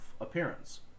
appearance